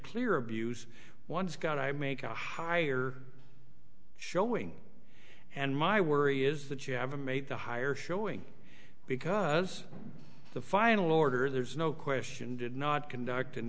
clear abuse one's got i make a higher showing and my worry is that you haven't made a higher showing because the final order there's no question did not conduct an